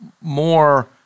more